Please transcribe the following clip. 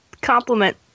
compliment